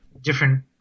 different